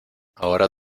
ahora